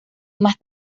más